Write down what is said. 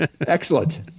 Excellent